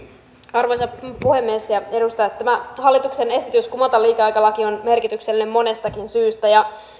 arvoisa puhemies ja edustajat tämä hallituksen esitys kumota liikeaikalaki on merkityksellinen monestakin syystä